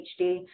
HD